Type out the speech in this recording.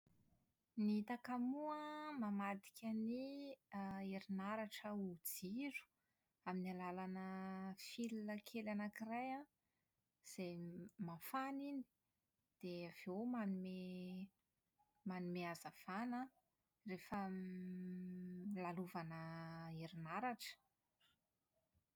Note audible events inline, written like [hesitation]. Ny takamoa an, mamadika ny [hesitation] > herinaratra ho jiro amin'ny alalanà fil kely anankiray an, izay mafana iny dia avy eo manome manome hazavana an, rehefa [hesitation] > lalovanà herinaratra.